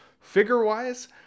figure-wise